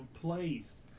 place